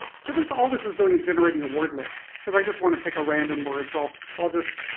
so this all this is doing is generating a word list, cause i just want to pick a random word, so all i'll just